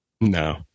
No